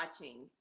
watching